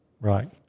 right